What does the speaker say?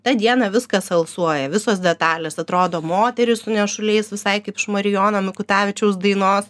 tą dieną viskas alsuoja visos detalės atrodo moterys su nešuliais visai kaip iš marijono mikutavičiaus dainos